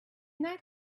that